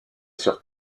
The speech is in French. sur